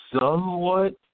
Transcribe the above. somewhat